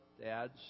dads